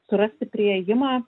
surasti priėjimą